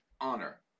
Honor